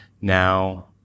Now